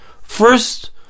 First